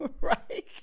right